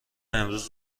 امروز